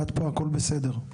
עד פה הכול בסדר.